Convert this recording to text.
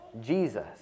Jesus